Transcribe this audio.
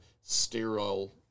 sterile